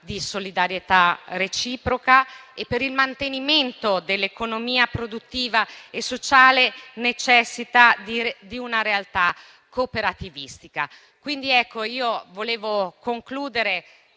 di solidarietà reciproca e per il mantenimento dell'economia produttiva e sociale necessita di una realtà cooperativistica. Volevo concludere